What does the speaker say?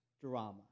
drama